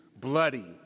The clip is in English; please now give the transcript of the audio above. bloody